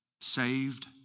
Saved